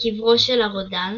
קברו של הרודן